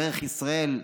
דרך ישראל,